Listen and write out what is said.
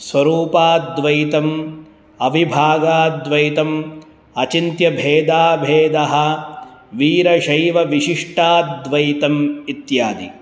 स्वरूपाद्वैतम् अविभागाद्वैतम् अचिन्त्यभेदाभेदः वीरशैवविशिष्टाद्वैतम् इत्यादि